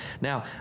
Now